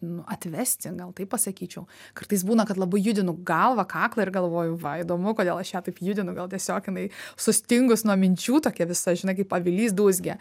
nu atvesti gal taip pasakyčiau kartais būna kad labai judinu galvą kaklą ir galvoju va įdomu kodėl aš ją taip judinu gal tiesiog jinai sustingus nuo minčių tokia visa žinai kaip avilys dūzgia